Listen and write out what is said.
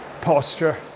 posture